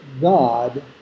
God